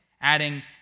adding